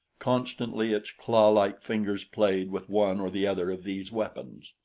constantly its clawlike fingers played with one or the other of these weapons.